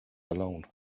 alone